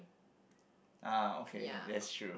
ya